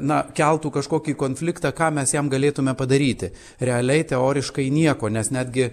na keltų kažkokį konfliktą ką mes jam galėtume padaryti realiai teoriškai nieko nes netgi